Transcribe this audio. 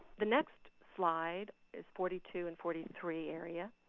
the next slide is forty two and forty three area.